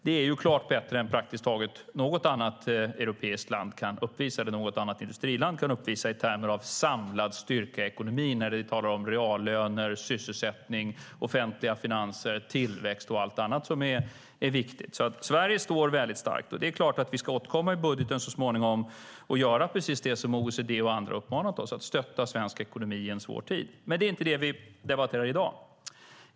Det är klart bättre än praktiskt taget något annat europeiskt land eller industriland kan uppvisa i termer av samlad styrka i ekonomin när vi talar om reallöner, sysselsättning, offentliga finanser, tillväxt och allt annat som är viktigt. Sverige står alltså starkt. Vi ska såklart återkomma i budgeten så småningom och göra precis det som OECD och andra uppmanat oss, nämligen att stötta svensk ekonomi i en svår tid. Det är dock inte detta vi debatterar i dag.